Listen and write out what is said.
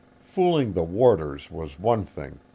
fooling the warders was one thing,